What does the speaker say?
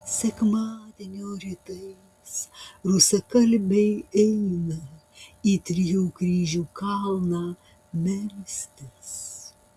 sekmadienio rytais rusakalbiai eina į trijų kryžių kalną melstis